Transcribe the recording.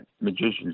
magicians